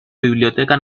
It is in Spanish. biblioteca